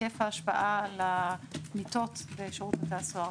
היקף ההשפעה על המיטות בשירות בתי הסוהר.